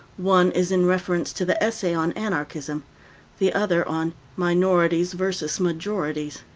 one is in reference to the essay on anarchism the other, on minorities versus majorities.